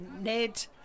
Ned